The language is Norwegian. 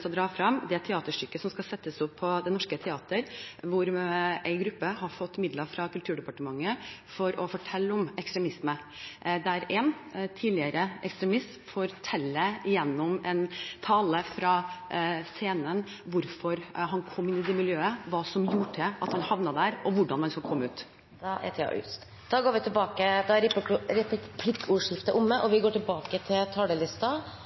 å dra fram, er teaterstykket som skal settes opp på Det Norske Teatret, hvor en gruppe har fått midler fra Kulturdepartementet for å fortelle om ekstremisme. Der forteller en tidligere ekstremist gjennom en tale fra scenen hvorfor han kom inn i det miljøet, hva som gjorde at han havnet der, og hvordan man skal komme seg ut. Replikkordskiftet er